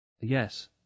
Yes